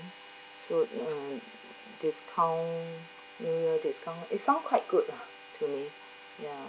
so and discount new year discount it sound quite good lah to me ya